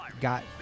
got